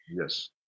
Yes